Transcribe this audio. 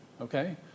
okay